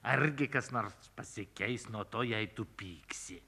argi kas nors pasikeis nuo to jei tu pyksi